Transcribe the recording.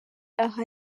aha